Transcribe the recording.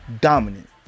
Dominant